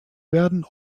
werden